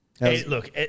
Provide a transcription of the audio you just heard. look